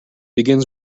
begins